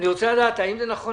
רוצה לדעת האם זה נכון.